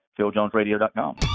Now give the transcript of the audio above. PhilJonesRadio.com